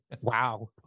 wow